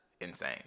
insane